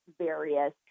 various